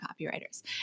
copywriters